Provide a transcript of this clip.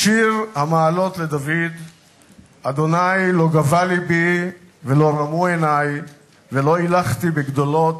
"שיר המעלות לדוד ה' לא גבה לבי ולא רמו עיני ולא הִלכתי בגדֹלות